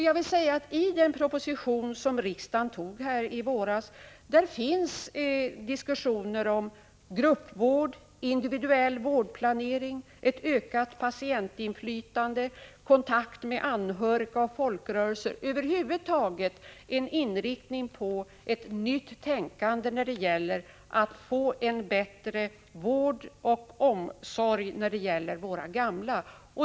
Jag vill då säga att det i den proposition som riksdagen antog i våras finns diskussioner om gruppvård, individuell vårdplanering, ett ökat patientinflytande, kontakt med anhöriga och folkrörelser. Där finns över huvud taget en inriktning mot ett nytt tänkande när det gäller att få en bättre vård och omsorg för våra gamla.